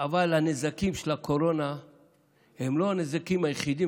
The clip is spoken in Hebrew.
אבל הנזקים של הקורונה הם לא הנזקים היחידים